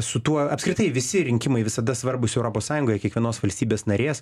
su tuo apskritai visi rinkimai visada svarbūs europos sąjungoje kiekvienos valstybės narės